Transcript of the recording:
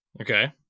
Okay